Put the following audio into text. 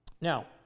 now